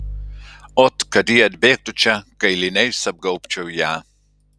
ot kad ji atbėgtų čia kailiniais apgaubčiau ją